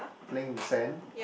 playing in the sand